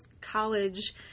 college